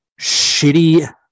shitty